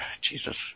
Jesus